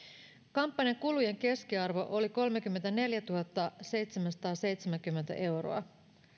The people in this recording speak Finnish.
kampanjakulujen keskiarvo oli kolmekymmentäneljätuhattaseitsemänsataaseitsemänkymmentä euroa